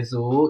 יזוהו,